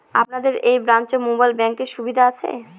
আপনাদের এই ব্রাঞ্চে মোবাইল ব্যাংকের সুবিধে আছে?